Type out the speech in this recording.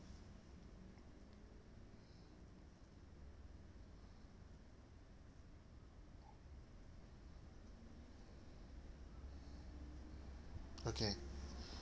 okay